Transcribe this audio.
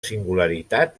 singularitat